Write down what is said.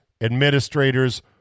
administrators